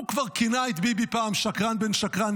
הוא כבר כינה את ביבי פעם "שקרן בן שקרן",